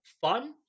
fun